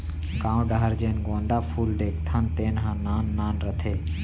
गॉंव डहर जेन गोंदा फूल देखथन तेन ह नान नान रथे